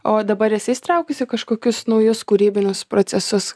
o dabar esi įsitraukus į kažkokius naujus kūrybinius procesus